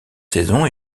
saison